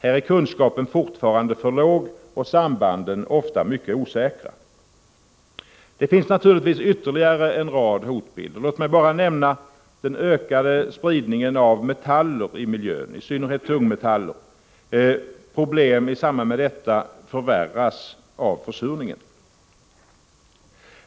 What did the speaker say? Här är kunskapen fortfarande för låg och sambanden ofta mycket osäkra. Det finns naturligtvis ytterligare en rad hotbilder. Låt mig bara nämna den ökade spridningen av metaller, i synnerhet tungmetaller, i miljön. Problemen i samband med detta förvärras av försurningen.